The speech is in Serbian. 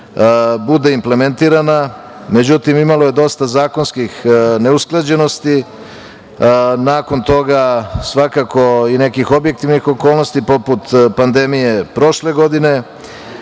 bude implementirana, međutim, imalo je dosta zakonskih neusklađenosti, nakon toga svakako i nekih objektivnih okolnosti, poput pandemije prošle godine.